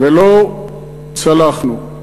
ולא צלחנו.